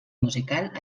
musical